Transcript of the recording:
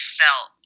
felt